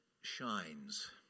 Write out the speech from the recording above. shines